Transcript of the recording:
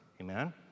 amen